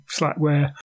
slackware